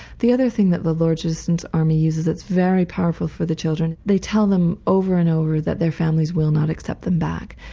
the other thing that the lord's citizen's army uses is it's very powerful for the children, they tell them over and over that their families will not accept them back.